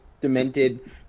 demented